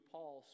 Paul